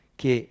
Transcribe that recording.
che